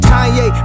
Kanye